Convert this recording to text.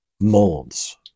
molds